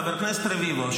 חבר הכנסת רביבו,